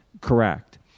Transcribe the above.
Correct